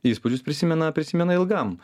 įspūdžius prisimena prisimena ilgam